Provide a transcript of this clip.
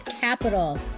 Capital